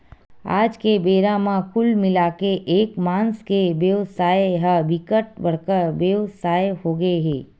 आज के बेरा म कुल मिलाके के मांस के बेवसाय ह बिकट बड़का बेवसाय होगे हे